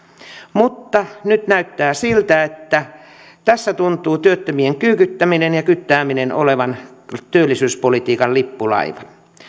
mutta nyt näyttää siltä että tässä tuntuu työttömien kyykyttäminen ja kyttääminen olevan työllisyyspolitiikan lippulaiva